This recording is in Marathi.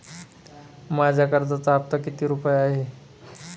माझ्या कर्जाचा हफ्ता किती रुपये आहे?